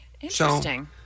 Interesting